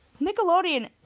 Nickelodeon